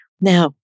Now